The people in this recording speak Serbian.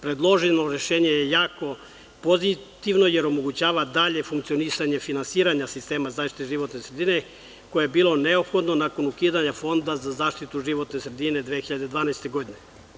Predloženo rešenje je jako pozitivno, jer omogućava dalje funkcionisanje finansiranja sistema zaštite životne sredine koje je bilo neophodno nakon ukidanja fonda za zaštitu životne sredine 2012. godine.